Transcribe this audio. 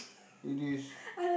it is